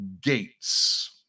gates